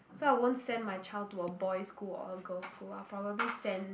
so I won't send my child to a boy's school or a girl's school I'll probably send